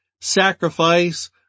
sacrifice